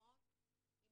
מקומות עם